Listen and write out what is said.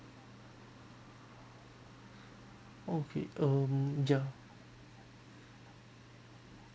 okay um ya